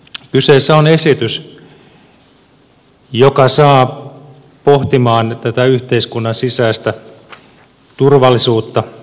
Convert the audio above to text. kyseessä on esitys joka saa pohtimaan tätä yhteiskunnan sisäistä turvallisuutta